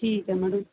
ਠੀਕ ਹੈ ਮੈਡਮ